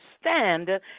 stand